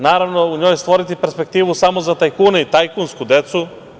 Naravno, u njoj stvoriti perspektivu samo za tajkune i tajkunsku decu.